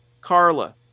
Carla